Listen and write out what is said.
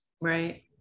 right